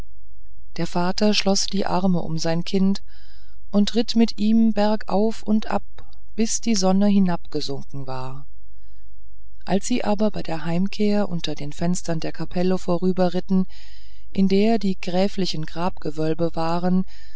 der vater schloß die arme um sein kind und ritt mit ihm bergauf und ab bis die sonne hinabgesunken war als sie aber bei der heimkehr unter den fenstern der kapelle vorüberritten in der die gräflichen grabgewölbe waren